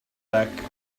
back